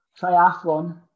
triathlon